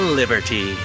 liberty